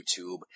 YouTube